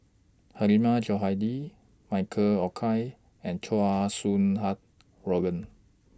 Hilmi Johandi Michael Olcomendy and Chow Sau Hai Roland